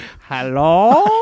Hello